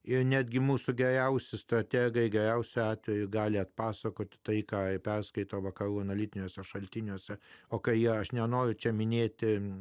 ir netgi mūsų geriausi strategai geriausiu atveju gali atpasakoti tai ką perskaito vakarų analitiniuose šaltiniuose o kai aš nenoriu čia minėti